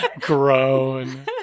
Grown